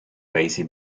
paesi